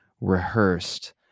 rehearsed